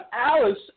Alice